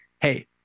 hey